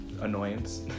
annoyance